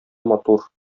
матур